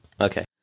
Okay